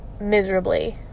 miserably